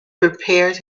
prepared